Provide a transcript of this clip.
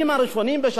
בשנים הראשונות,